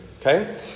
Okay